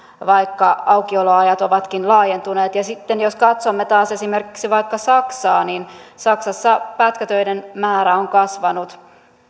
vaikka aukioloajat ovatkin laajentuneet sitten jos katsomme taas esimerkiksi vaikka saksaa niin saksassa pätkätöiden määrä on kasvanut